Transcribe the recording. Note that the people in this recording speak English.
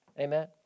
Amen